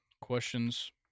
questions